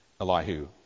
Elihu